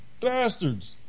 bastards